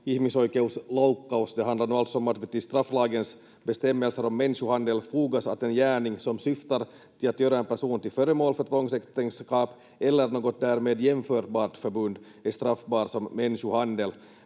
ihmisoikeusloukkaus. Det handlar nu alltså om att det till strafflagens bestämmelser om människohandel fogas att en gärning som syftar till att göra en person till föremål för tvångsäktenskap eller något därmed jämförbart förbund är straffbar som människohandel.